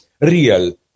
real